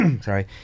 sorry